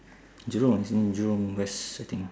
jurong it's in jurong west I think